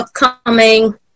upcoming